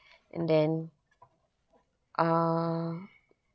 and then uh